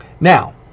Now